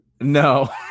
No